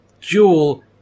Jewel